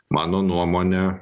mano nuomone